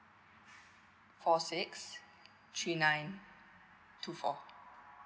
four six three nine two four